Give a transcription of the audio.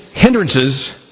Hindrances